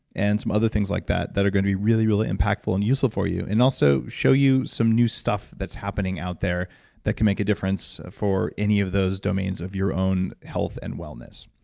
and some other things like that that are going to be really, really impactful and useful for you. and also, show you some new stuff that's happening out there that can make a difference for any of those domains of your own health and wellness.